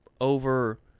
over